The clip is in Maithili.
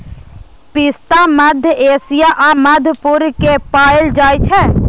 पिस्ता मध्य एशिया आ मध्य पूर्व मे पाएल जाइ छै